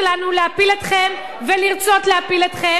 להפיל אתכם ולרצות להפיל אתכם,